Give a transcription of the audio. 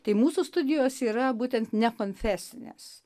tai mūsų studijos yra būtent nekonfesinės